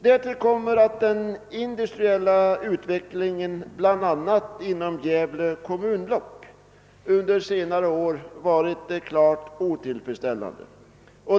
Därtill kommer att den industriella utvecklingen bl.a. inom Gävle kommunblock under senare år varit klart otillfredsställande.